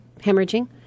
hemorrhaging